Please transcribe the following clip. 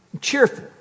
cheerful